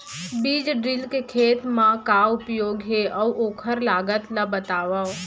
बीज ड्रिल के खेत मा का उपयोग हे, अऊ ओखर लागत ला बतावव?